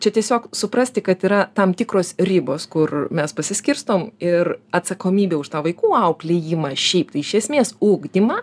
čia tiesiog suprasti kad yra tam tikros ribos kur mes pasiskirstom ir atsakomybė už tą vaikų auklėjimą šiaip iš esmės ugdymą